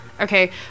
okay